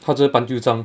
他就搬旧账